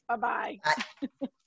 Bye-bye